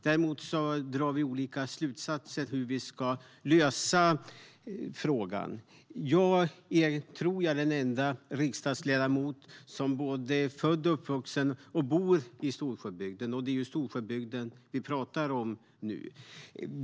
Däremot drar vi olika slutsatser om hur vi ska lösa frågan. Jag är, tror jag, den enda riksdagsledamot som både är född och uppvuxen och bor i Storsjöbygden, och det är Storsjöbygden vi pratar om nu.